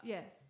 Yes